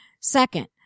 Second